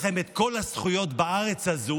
יש לכם את כל הזכויות בארץ הזו,